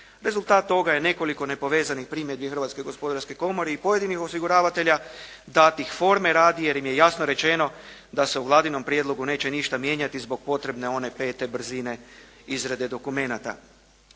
Rezultat toga je nekoliko nepovezanih primjedbi Hrvatske gospodarske komore i pojedinih osiguravatelja da bi forme radije, jer je jasno rečeno da se u vladinom prijedlogu neće ništa mijenjati zbog potrebne one pete brzine izrade dokumenata.